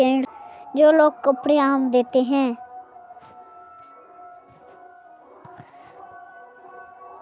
bank of Baroda के मुख्यालय वडोदरा शहर मे छै